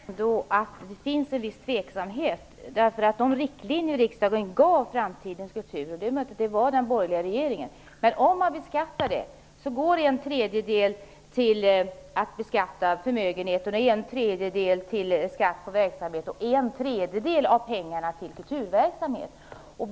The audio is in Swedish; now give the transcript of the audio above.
Herr talman! Det innebär ändå att det finns en viss tveksamhet. De riktlinjer riksdagen gav Stiftelsen Framtidens kultur gavs möjligen under den borgerliga regeringens tid. Om stiftelsen skall beskattas går en tredjedel av pengarna till skatt för förmögenhet, en tredjedel till skatt på verksamhet och en tredjedel av pengarna till kulturverksamhet.